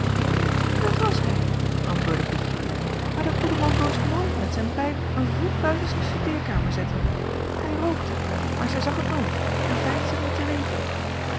at was hij antwoordde ietje maar de goede man dorst nooit met zijn pijp een voet buiten zijn studeerkamer zetten ij rookte maar zij zag het nooit en veinsde t niet te weten